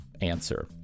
answer